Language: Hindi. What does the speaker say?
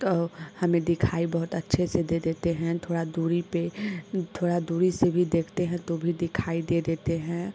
तो हमें दिखाई बहोत अच्छे से दे देते हैं थोड़ा दूरी पर थोड़ा दूरी से भी देखते हैं तो भी दिखाई दे देते हैं